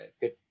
good